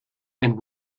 and